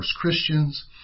Christians